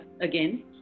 again